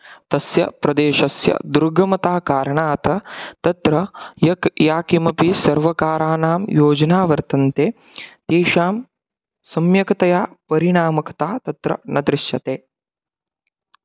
तस्य प्रदेशस्य दुर्गमताकारणात् तत्र यक् या किमपि सर्वकाराणां योजना वर्तते तेषां सम्यक्तया परिणामकता तत्र न दृश्यते